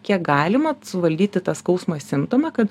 kiek galima suvaldyti tą skausmą simptomą kad